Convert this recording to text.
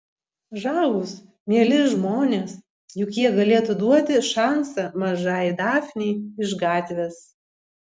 žavūs mieli žmonės juk jie galėtų duoti šansą mažajai dafnei iš gatvės